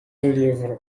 livro